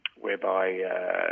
whereby